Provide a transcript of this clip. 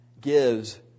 gives